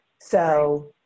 So-